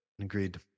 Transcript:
Agreed